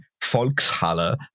Volkshalle